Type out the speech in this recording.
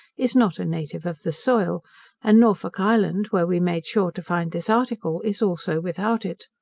is not a native of the soil and norfolk island, where we made sure to find this article, is also without it.